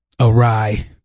awry